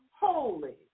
Holy